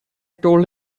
told